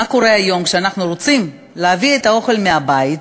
מה קורה היום כשאנחנו רוצים להביא את האוכל מהבית,